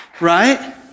Right